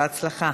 בהצלחה.